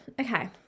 okay